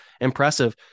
impressive